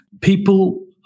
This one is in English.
people